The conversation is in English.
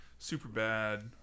Superbad